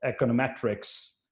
econometrics